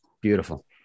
Beautiful